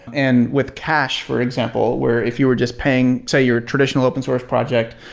and with cash, for example, where if you were just paying, say, your traditional open source project,